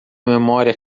memória